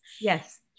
yes